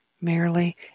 merely